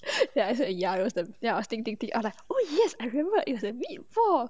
I say ya that the part I think think think I was like what is this I don't know is a meatball